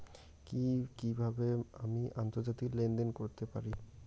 কি কিভাবে আমি আন্তর্জাতিক লেনদেন করতে পারি?